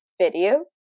video